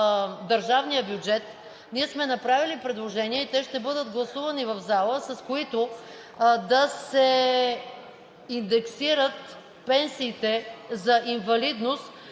държавния бюджет ние сме направили предложения и те ще бъдат гласувани в залата, с които да се индексират пенсиите за инвалидност,